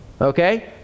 okay